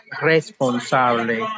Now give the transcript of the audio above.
responsable